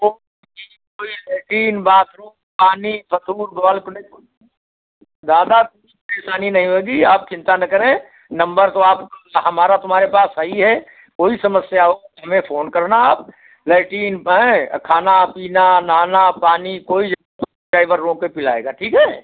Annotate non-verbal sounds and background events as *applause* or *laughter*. तो *unintelligible* latrine bathroom पानी *unintelligible* ज़्यादा *unintelligible* परेशानी नहीं होगी आप चिंता ना करें नम्बर तो आपका और हमारा तुम्हारे पास है ही है कोई समस्या होगी हमें फ़ाेन करना आप लैट्रिन अऍं खाना पीना नहाना पानी कोई *unintelligible* ड्राइवर रोक कर पिलाएग ठीक है